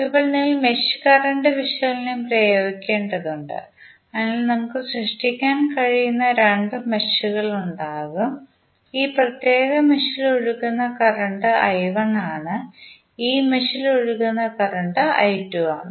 ഇപ്പോൾ നിങ്ങൾ mesh current വിശകലനം പ്രയോഗിക്കേണ്ടതുണ്ട് അതിനാൽ നമുക്ക് സൃഷ്ടിക്കാൻ കഴിയുന്ന രണ്ട് മെഷുകൾ ഉണ്ടാകും ഈ പ്രത്യേക മെഷിൽ ഒഴുക്കുന്ന കറന്റ് I1 ആണ് ഈ മെഷിൽ ഒഴുക്കുന്ന കറന്റ് I2 ആണ്